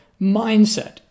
mindset